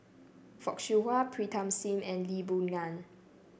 Fock Siew Wah Pritam Singh and Lee Boon Ngan